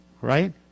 right